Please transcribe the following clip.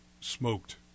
smoked